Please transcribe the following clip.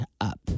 up